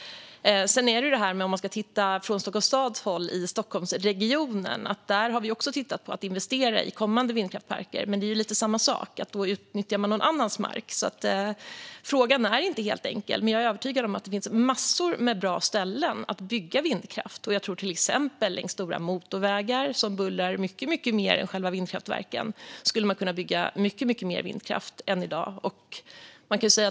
Vi har också tittat från Stockholms stads håll på att investera i kommande vindkraftsparker i Stockholmsregionen. Men det är lite samma sak: Då utnyttjar man någon annans mark. Frågan är alltså inte helt enkel. Men jag är övertygad om att det finns massor med bra ställen att bygga vindkraft på. Till exempel längs stora motorvägar, som bullrar mycket mer än själva vindkraftverken, tror jag att man skulle kunna bygga mycket mer vindkraft än i dag.